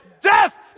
Death